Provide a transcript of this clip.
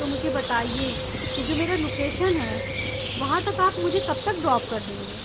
تو مجھے بتائیے کہ جو میرا لوکیشن ہے وہاں تک آپ مجھے کب تک ڈراپ کر دیں گے